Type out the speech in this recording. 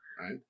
right